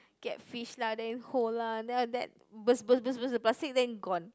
get fish lah then hold lah then after that burst burst burst the plastic then gone